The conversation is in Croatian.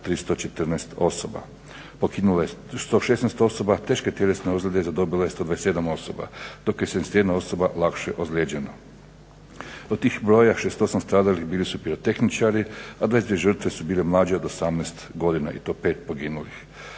314 osoba. Poginulo je 116 osoba, teške tjelesne ozljede zadobilo je 127 osoba, dok je 71 osoba lakše ozlijeđena. Od tih brojeva 68 stradalih bili su pirotehničari, a 22 žrtve su bile mlađe od 18 godina i to 5 poginulih.